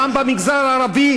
גם במגזר הערבי,